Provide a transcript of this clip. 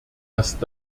erst